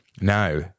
now